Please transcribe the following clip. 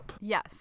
Yes